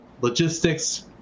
logistics